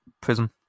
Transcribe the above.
prison